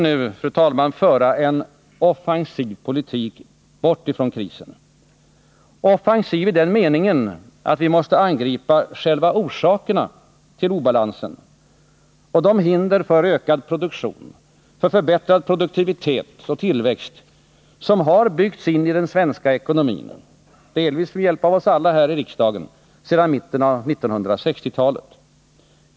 Vi måste nu föra en offensiv politik bort ur krisen — offensiv i den meningen att vi måste angripa själva orsakerna till obalansen och de hinder för ökad produktion, förbättrad produktivitet och tillväxt som byggts ini den svenska ekonomin, delvis med hjälp av oss alla här i riksdagen, sedan mitten av 1960-talet.